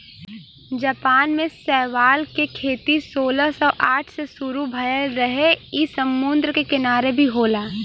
Japan में शैवाल के खेती सोलह सौ साठ से शुरू भयल रहे इ समुंदर के किनारे भी होला